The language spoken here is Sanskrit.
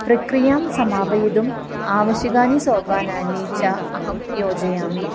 प्रक्रियां समापयिदुम् आवश्यकानि सोपानानी च अहं योजयामि